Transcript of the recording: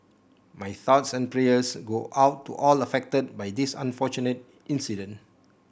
my thoughts and prayers go out to all affected by this unfortunate incident